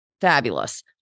Fabulous